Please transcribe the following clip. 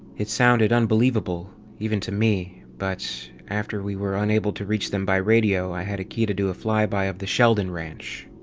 it spunded unbelievable, even to me. but, after we were unable to reach them by radio, i had ikeda do a fly-by of the sheldon ranch.